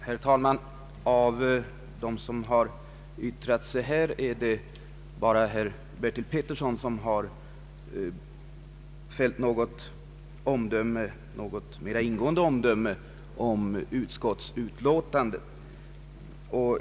Herr talman! Bland dem som har yttrat sig är det bara herr Bertil Petersson som har fällt något mera ingående omdöme om utskottsutlåtandet.